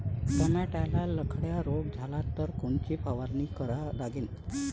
टमाट्याले लखड्या रोग झाला तर कोनची फवारणी करा लागीन?